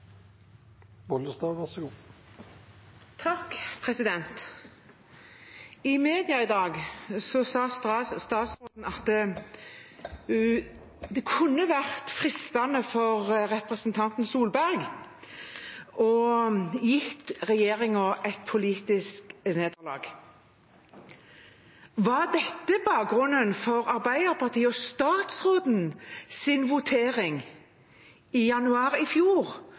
I media i dag sa statsråden at det kunne ha vært fristende for representanten Solberg å gi regjeringen et politisk nederlag. Var bakgrunnen for Arbeiderpartiet og den daværende representanten Kjerkols votering i januar i fjor